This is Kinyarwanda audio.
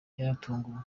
yaratunguwe